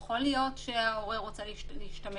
יכול להיות שההורה רוצה להשתמש